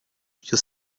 you